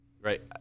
right